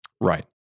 Right